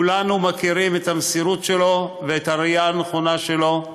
כולנו מכירים את המסירות שלו ואת הראייה הנכונה שלו.